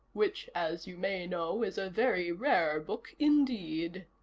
which, as you may know, is a very rare book indeed.